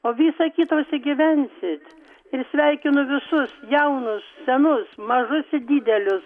o visa kita užsigyvensit ir sveikinu visus jaunus senus mažus ir didelius